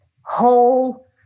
whole